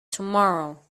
tomorrow